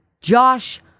Josh